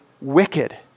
wicked